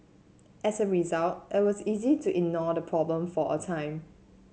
as a result it was easy to ignore the problem for a time